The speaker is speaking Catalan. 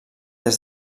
des